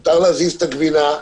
מותר להזיז את הגבינה,